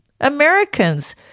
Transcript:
Americans